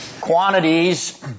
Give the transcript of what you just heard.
quantities